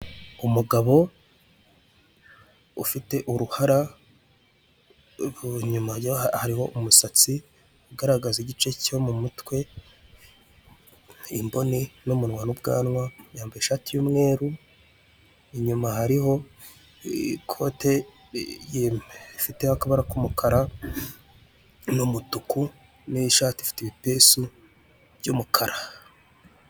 Umugabo ufite uruhara inyumaga hariho umusatsi agaragaza igice cyo mu mutwe imboni n'umunwa n'ubwanwa yambaye ishati y'umweru inyuma hariho ikote ifite akabara k'umukara n'umutuku n'ishati ifite ibipesu by'umukara.